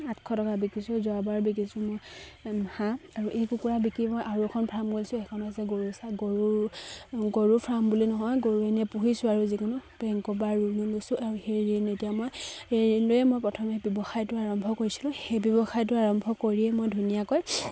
আঠশ টকাত বিকিছোঁ বিকিছোঁ মই হাঁহ আৰু এই কুকুৰা বিকি মই আৰু এখন ফাৰ্ম লৈছোঁ সেইখন হৈছে গৰু গৰু গৰু ফাৰ্ম বুলি নহয় গৰু এনে পুহিছোঁ আৰু যিকোনো বেংকৰ পৰা ঋণ লৈছোঁ আৰু সেই ঋণ এতিয়া মই ঋণ লৈয়ে মই প্ৰথমে ব্যৱসায়টো আৰম্ভ কৰিছিলোঁ সেই ব্যৱসায়টো আৰম্ভ কৰিয়েই মই ধুনীয়াকৈ